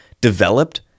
developed